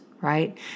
right